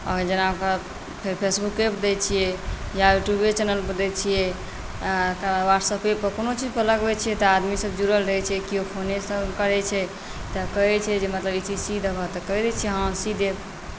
आओर जेनाकि फेर फेसबुकेपर दैत छियै या यूट्यूबे चैनलपर दैत छियै या वाट्सएप्पेपर कोनो चीजपर लगबैत छियै तऽ आदमीसभ जुड़ल रहैत छै केओ फोनेसँ करैत छै तऽ कहैत छै मतलब ई चीज सी देबेँ कहैत छी हँ सी देब